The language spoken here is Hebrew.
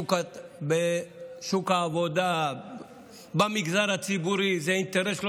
ובשוק העבודה במגזר הציבורי זה אינטרס,